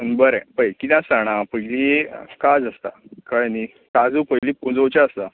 बरें पळय कितें आसता जाणां पयली काज आसता कळ्ळें न्ही काजू पयली पुंजोवचे आसतात